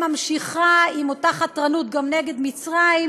וממשיכה עם אותה חתרנות גם נגד מצרים